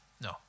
No